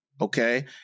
Okay